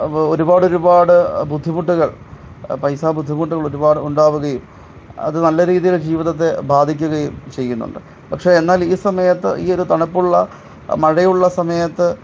ഒരുപാടൊരുപാട് ബുദ്ധിമുട്ടുകൾ പൈസ ബുദ്ധിമുട്ടുകൾ ഒരുപാട് ഉണ്ടാവുകയും അത് നല്ല രീതിയിൽ ജീവിതത്തെ ബാധിക്കുകയും ചെയ്യുന്നുണ്ട് പക്ഷെ എന്നാൽ ഈ സമയത്ത് ഈ ഒരു തണുപ്പുള്ള മഴയുള്ള സമയത്ത്